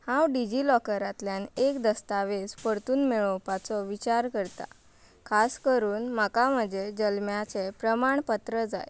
हांव डिजी लॉकरांतल्यान एक दस्तावेज परतून मेळोवपाचो विचार करता खास करून म्हाका म्हजें जल्माचें प्रमाणपत्र जाय